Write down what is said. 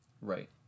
Right